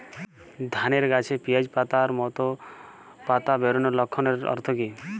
ধানের গাছে পিয়াজ পাতার মতো পাতা বেরোনোর লক্ষণের অর্থ কী?